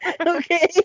Okay